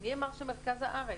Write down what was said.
ומי אמר שמרכז הארץ.